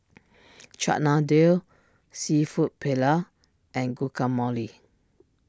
Chana Dal Seafood Paella and Guacamole